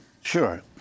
Sure